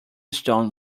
stone